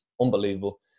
unbelievable